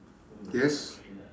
yes